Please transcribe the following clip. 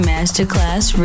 Masterclass